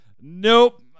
Nope